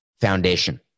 foundation